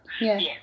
yes